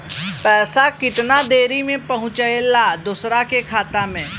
पैसा कितना देरी मे पहुंचयला दोसरा के खाता मे?